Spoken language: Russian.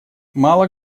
мало